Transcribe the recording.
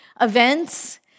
events